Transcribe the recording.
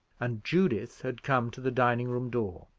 and judith had come to the dining-room door.